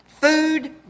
food